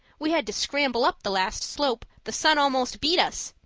we had to scramble up the last slope! the sun almost beat us!